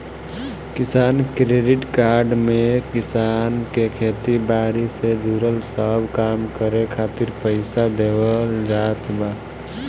किसान credit card में किसान के खेती बारी से जुड़ल सब काम करे खातिर पईसा देवल जात बा